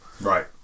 right